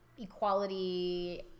equality